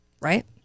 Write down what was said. right